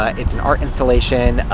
ah it's an art installation.